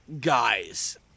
guys